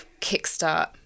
kickstart